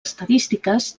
estadístiques